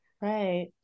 Right